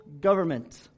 government